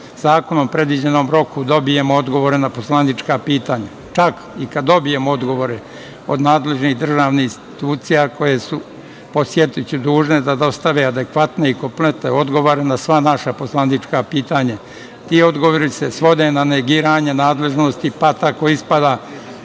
zakonom predviđenom roku dobijemo odgovore na poslanička pitanja. Čak i kada dobijemo odgovore od nadležnih državnih institucija koje su, podsetiću, dužne da dostave adekvatne i kompletne odgovore na sva naša poslanička pitanja, ti odgovori se svode na negiranje nadležnosti, pa tako ispada